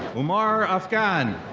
umar afgan.